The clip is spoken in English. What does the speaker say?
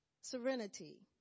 serenity